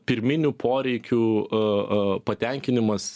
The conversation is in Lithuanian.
pirminių poreikių a a patenkinimas